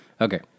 Okay